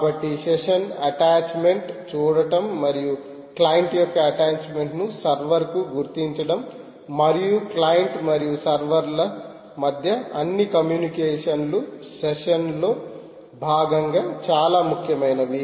కాబట్టి session attachment చూడటం మరియు క్లయింట్ యొక్క అటాచ్మెంట్ను సర్వర్కు గుర్తించడం మరియు క్లయింట్ మరియు సర్వర్ల మధ్య అన్ని కమ్యూనికేషన్లు సెషన్ లో భాగంగా చాలా ముఖ్యమైనవి